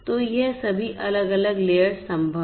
तो ये सभी अलग अलग लेयर्स संभव हैं